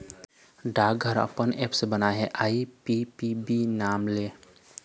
डाकघर ह अपन ऐप्स बनाए हे आई.पी.पी.बी नांव ले